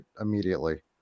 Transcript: immediately